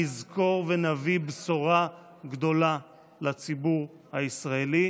נזכור ונביא בשורה גדולה לציבור הישראלי.